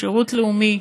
שירות לאומי,